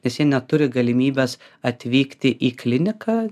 nes jie neturi galimybės atvykti į kliniką